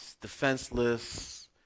defenseless